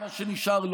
או מה שנשאר בו,